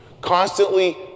Constantly